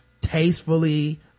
tastefully